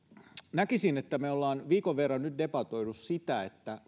näkisin että me olemme nyt viikon verran debatoineet siitä